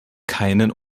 keinen